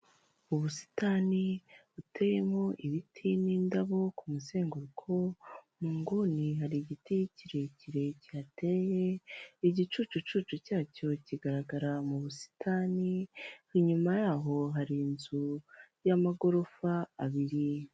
Ubusitani buteyemo ibiti n'indabo ku muzenguruko, mu nguni hari igiti kirekire kihateye, igicucu cyacyo kigaragara mu busitani, inyuma yaho hari inzu y'amagorofa abiri.